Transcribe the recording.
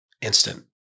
Instant